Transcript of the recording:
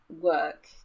work